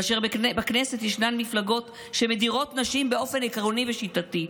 כאשר בכנסת ישנן מפלגות שמדירות נשים באופן עקרוני ושיטתי,